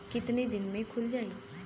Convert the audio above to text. कितना दिन में खुल जाई?